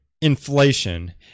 inflation